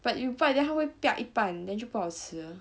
but you bite then 他会 piak 一半 then 就不好吃